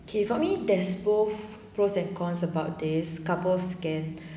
okay for me there's both pros and cons about this couple scheme